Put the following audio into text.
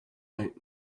tonight